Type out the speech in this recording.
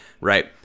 right